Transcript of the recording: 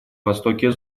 востоке